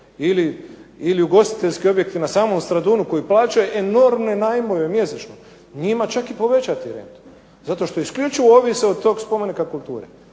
ili ugostiteljski objekti na samom Stradunu koji plaćaju enormne najmove mjesečno, njima čak i povećati rentu zato što isključivo ovise od tog spomenika kulture.